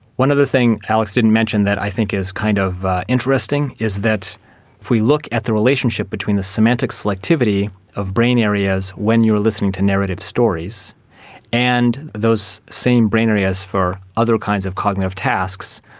one other thing alex didn't mention that i think is kind of interesting is that if we look at the relationship between the semantic selectivity of brain areas when you're listening to narrative stories and those same brain areas for other kinds of cognitive tasks,